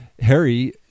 Harry